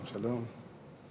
שלום, שלום.